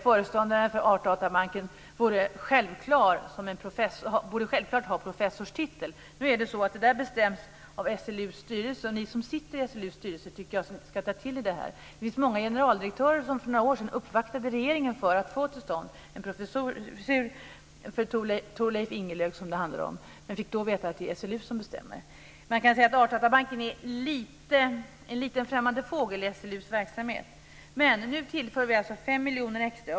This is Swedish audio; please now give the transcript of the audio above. Föreståndaren för Artdatabanken borde självklart ha professorstitel. Nu är det så att det bestäms av SLU:s styrelse. Ni som sitter i SLU:s styrelse tycker jag ska ta till er det här. Det var några generaldirektörer som för några år sedan uppvaktade regeringen för att få till stånd en professur för Thorleif Ingelöf, som det handlade om, men fick då veta att det är SLU som bestämmer. Man kan kanske säga att Artdatabanken är en främmande fågel i SLU:s verksamhet. Nu tillför vi alltså 5 miljoner extra.